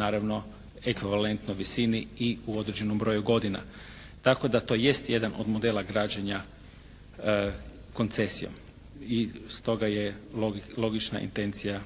naravno ekvivalentno visini i u određenom broju godina, tako da to jest jedan od modela građenja koncesijom i stoga je logična intencija